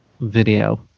video